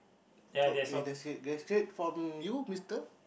okay that is that's great from you Mister